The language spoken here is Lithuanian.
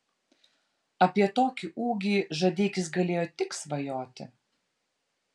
apie tokį ūgį žadeikis galėjo tik svajoti